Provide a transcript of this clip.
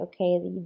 okay